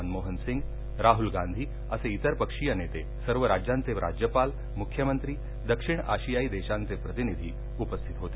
मनमोहन सिंग राहुल गांधी असे इतर पक्षीय नेते सर्व राज्यांचे राज्यपाल मुख्यमंत्री दक्षिण आशियायी देशांचे प्रतिनिधी उपस्थित होते